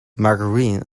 margarine